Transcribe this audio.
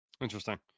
Interesting